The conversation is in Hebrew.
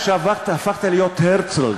חזן, מאותו רגע, הפכת להיות הרצל.